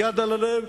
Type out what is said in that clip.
עם יד על הלב,